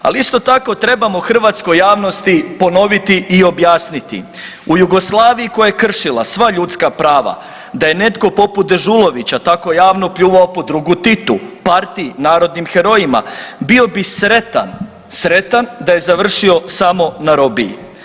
Ali isto tako trebamo hrvatskoj javnosti ponoviti i objasniti, u Jugoslaviji koja je kršila sva ljudska prava da je netko poput Dežulovića tako javno pljuvao po drugu Titu, partiji, narodnim herojima bio bi sretan, sretan da je završio samo na robiji.